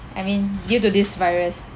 I mean due to this virus